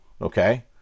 okay